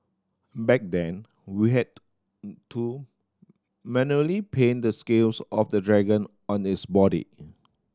back then we had to manually paint the scales of the dragon on its body